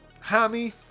hammy